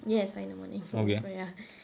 yes five in the morning